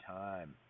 time